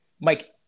Mike